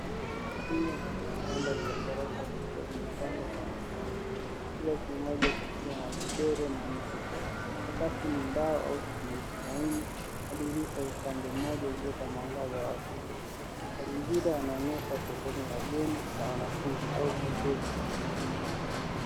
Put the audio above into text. Chumba kina vitanda vya ghorofa zikiwa zimepangwa kwa mstari, kila kimoja kikiwa na godoro na mto. Sakafu ni mbao au sementi laini, na dirisha upande mmoja huleta mwangaza wa asili. Mazingira yanaonyesha sehemu ya bweni la wanafunzi au hoteli.